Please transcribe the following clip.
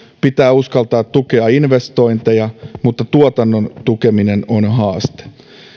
pitää uskaltaa tukea investointeja mutta tuotannon tukeminen on haaste